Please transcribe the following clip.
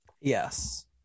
Yes